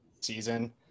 season